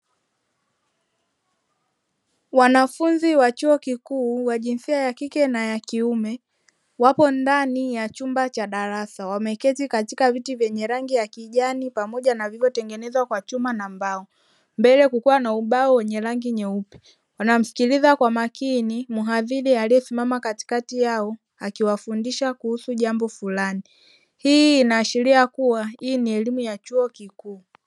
Wanafunzi wa chuo kikuu wa jinsia ya kike na ya kiume wapo ndani ya chumba cha darasa. Wameketi katika viti vyenye rangi ya kijani pamoja na vilivyotengenezwa kwa chuma na mbao, mbele kukiwa na ubao wenye rangi nyeupe. Wanamsikiliza kwa makini mhadhiri aliyesimama katikati yao akiwafundisha kuhusu jambo fulani. Hii inaashiria kuwa hii ni elimu ya chuo kikuu.